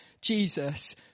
Jesus